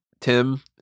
Tim